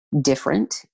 different